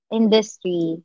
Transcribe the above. industry